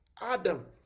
Adam